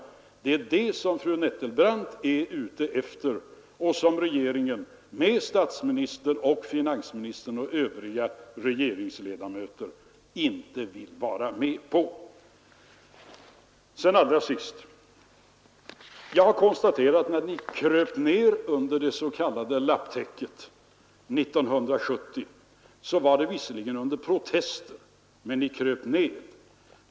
Det är detta fru Nettelbrandt är ute efter och som statsministern, finansministern och Övriga regeringsledamöter inte vill vara med på. Allra sist. När ni kröp ner under det s.k. lapptäcket 1970, skedde det visserligen under protester, men ni kröp ner.